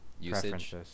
usage